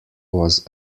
was